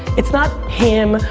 it's not him,